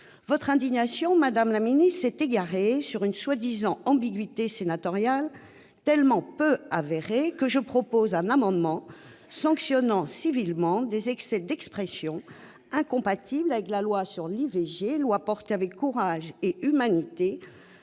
Votre indignation, madame la ministre, s'est égarée sur une prétendue ambiguïté sénatoriale, tellement peu avérée que je propose un amendement sanctionnant civilement les excès d'expression incompatibles avec la loi sur l'IVG, loi portée avec courage et humanité